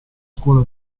scuola